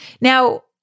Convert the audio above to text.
Now